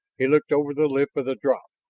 he looked over the lip of the drop.